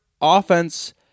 offense